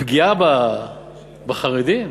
פגיעה בחרדים?